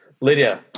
Lydia